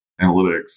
analytics